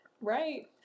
Right